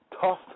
tough